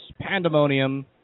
pandemonium